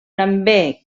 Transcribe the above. també